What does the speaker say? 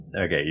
Okay